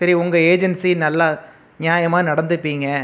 சரி உங்கள் ஏஜென்சி நல்ல நியாயமாக நடந்துப்பீங்க